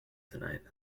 tonight